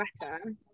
better